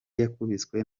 yakubiswe